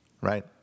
right